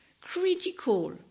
critical